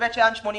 בבית שאן 87%,